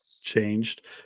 changed